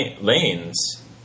lanes